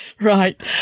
Right